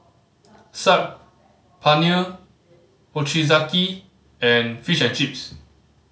Saag Paneer Ochazuke and Fish and Chips